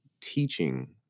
teaching